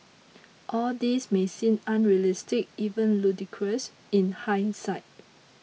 all this may seem unrealistic even ludicrous in hindsight